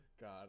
God